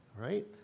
Right